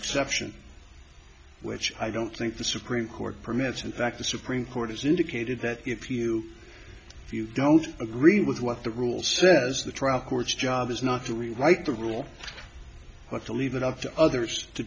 exception which i don't think the supreme court permits and that the supreme court has indicated that if you if you don't agree with what the rule says the trial court's job is not to rewrite the rule but to leave it up to others to